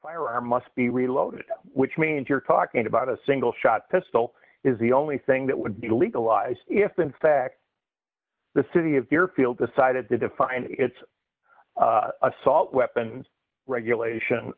firearm must be reloaded which means you're talking about a single shot pistol is the only thing that would be legalized if than fact the city of deerfield decided to define its assault weapons regulation